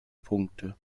punkte